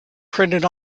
printed